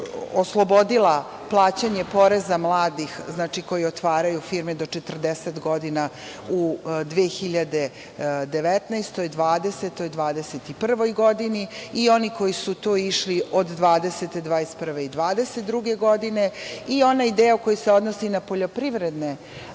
oslobodila plaćanja poreza mladih koji otvaraju firme do 40 godina u 2019, 2020, 2021. godini i oni koji su tu išli od 2020, 2021. i 2022. godine i onaj deo koji se odnosi na poljoprivredne